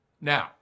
Now